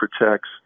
protects